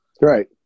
Right